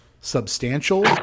substantial